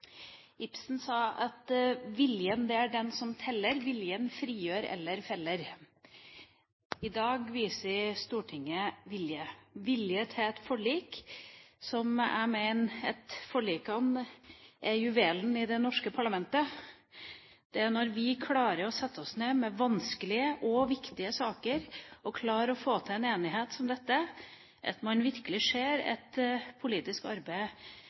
Ibsen sa at viljen, det er den som teller, viljen frigjør eller feller. I dag viser Stortinget vilje, vilje til et forlik, og jeg mener at forlikene er juvelen i det norske parlamentet. Det er når vi klarer å sette oss ned med vanskelige og viktige saker, klarer å få til en enighet som dette, at man virkelig ser at politisk arbeid